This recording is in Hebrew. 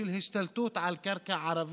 שהשתלטו על הקרקע.